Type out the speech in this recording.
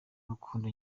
urukundo